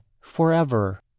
forever